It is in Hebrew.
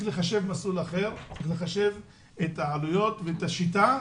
לחשב מסלול אחר, לחשב את העלויות ואת השיטה.